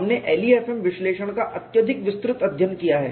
हमने LEFM विश्लेषण का अत्यधिक विस्तृत अध्ययन किया है